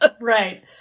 Right